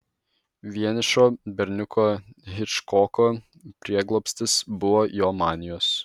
vienišo berniuko hičkoko prieglobstis buvo jo manijos